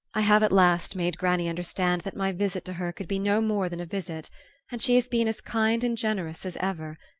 i have at last made granny understand that my visit to her could be no more than a visit and she has been as kind and generous as ever.